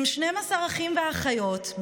עם 12 אחים ואחיות,